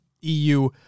EU